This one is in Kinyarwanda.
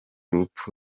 rupfu